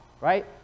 Right